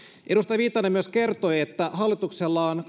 edustaja viitanen myös kertoi että hallituksella on